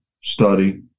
study